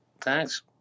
Thanks